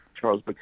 Charles